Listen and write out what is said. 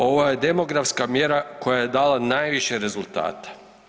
Ovo je demografska mjera koja je dala najviše rezultata.